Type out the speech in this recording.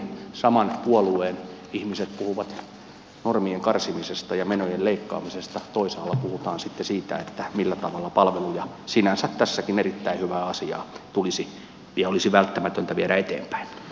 saman puolueen ihmiset puhuvat normien karsimisesta ja menojen leikkaamisesta toisaalla puhutaan sitten siitä millä tavalla palveluja sinänsä tässäkin erittäin hyvää asiaa tulisi ja olisi välttämätöntä viedä eteenpäin